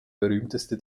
berühmteste